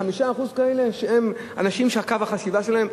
5% כאלה שהם אנשים שקו החשיבה שלהם,